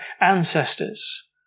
ancestors